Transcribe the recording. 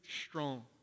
strong